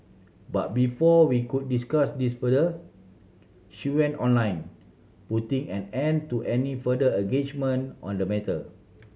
but before we could discuss this further she went online putting an end to any further engagement on the matter